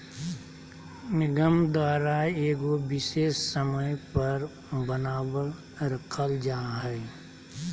निगम द्वारा एगो विशेष समय पर बनाल रखल जा हइ